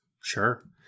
Sure